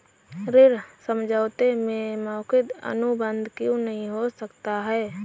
ऋण समझौते में मौखिक अनुबंध क्यों नहीं हो सकता?